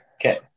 Okay